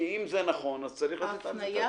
כי אם זה נכון אז צריך לתת על זה את הדעת.